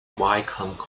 wycombe